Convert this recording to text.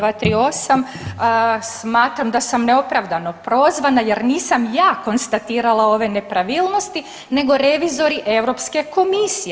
238. smatram da sam neopravdano prozvana, jer nisam ja konstatirala ove nepravilnosti nego revizori Europske komisije.